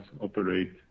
operate